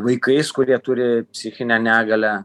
vaikais kurie turi psichinę negalią